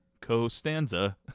Costanza